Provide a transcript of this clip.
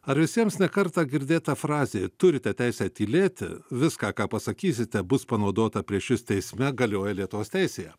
ar visiems ne kartą girdėta frazė turite teisę tylėti viską ką pasakysite bus panaudota prieš jus teisme galioja lietuvos teisėje